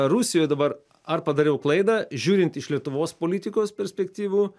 rusijoj dabar ar padariau klaidą žiūrint iš lietuvos politikos perspektyvų